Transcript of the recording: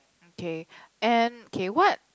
okay and okay what